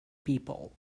people